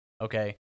Okay